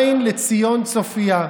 / עין לציון צופייה.